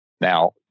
Now